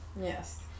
Yes